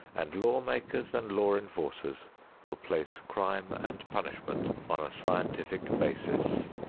and law-makers and law-enforcers will place crime and punishment on a scientific basis.